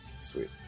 Sweet